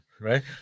right